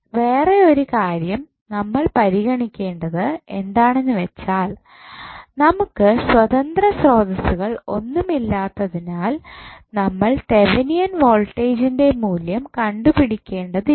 വേറെ ഒരു കാര്യം നമ്മൾ പരിഗണിക്കേണ്ടത് എന്താണെന്നുവെച്ചാൽ നമുക്ക് സ്വതന്ത്ര സ്രോതസ്സുകൾ ഒന്നുമില്ലാത്തതിനാൽ നമ്മൾ തെവനിയൻ വോൾട്ടേജിൻ്റെ മൂല്യം കണ്ടുപിടിക്കേണ്ടത് ഇല്ല